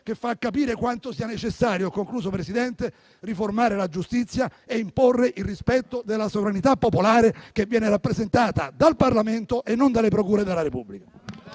che fa capire quanto sia necessario riformare la giustizia e imporre il rispetto della sovranità popolare che viene rappresentata dal Parlamento e non dalle procure della Repubblica.